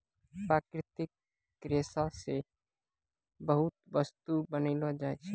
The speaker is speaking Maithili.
प्राकृतिक रेशा से बहुते बस्तु बनैलो जाय छै